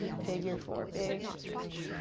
figure four, big hip stretch.